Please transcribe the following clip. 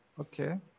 Okay